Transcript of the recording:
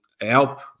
help